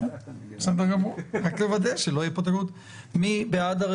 שמחנו לעשות אתכם עסקים למען הסביבה ולמען